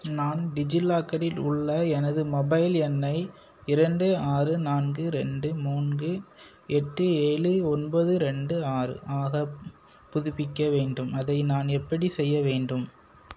நான் டிஜிலாக்கரில் உள்ள எனது மொபைல் எண்ணை இரண்டு ஆறு நான்கு ரெண்டு மூன்று எட்டு ஏழு ஒன்பது ரெண்டு ஆறு ஆக புதுப்பிக்க வேண்டும் அதை நான் எப்படிச் செய்ய வேண்டும்